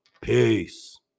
Peace